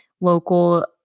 local